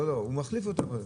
הוא מחליף אותן.